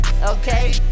Okay